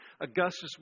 Augustus